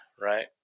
right